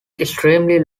extremely